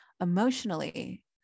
emotionally